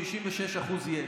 66% יש.